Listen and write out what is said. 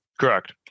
Correct